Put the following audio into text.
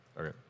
Okay